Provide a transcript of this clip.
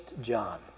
John